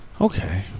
Okay